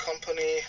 company